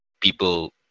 People